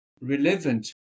relevant